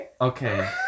Okay